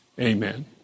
Amen